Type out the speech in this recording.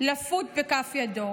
לפות בכף ידו?